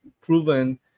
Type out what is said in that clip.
proven